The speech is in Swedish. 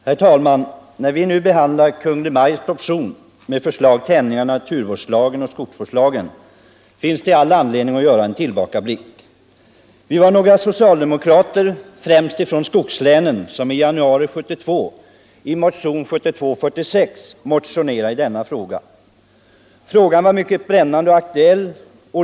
Herr talman! När vi nu behandlar Kungl. Maj:ts proposition med förslag till ändringar i naturvårdslagen och skogsvårdslagen, finns det all anledning att göra en tillbakablick. Vi var några socialdemokrater, främst från skogslänen, som i januari 1972 väckte en motion, nr 1972:146, i denna fråga vilken då var mycket brännande aktuell.